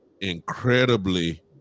incredibly